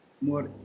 more